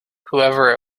whoever